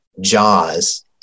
JAWS